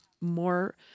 more